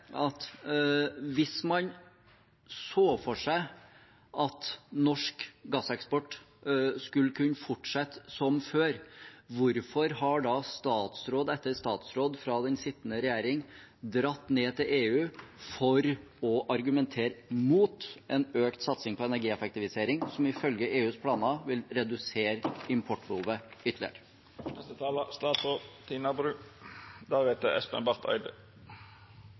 at hvis man så for seg at norsk gasseksport skulle kunne fortsette som før, hvorfor har da statsråd etter statsråd fra den sittende regjering dratt ned til EU for å argumentere mot en økt satsing på energieffektivisering, som ifølge EUs planer vil redusere importbehovet ytterligere?